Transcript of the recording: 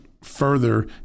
further